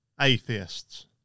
atheists